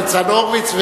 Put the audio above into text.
ניצן הורוביץ.